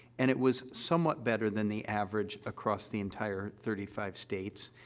and it was somewhat better than the average across the entire thirty five states,